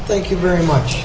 thank you very much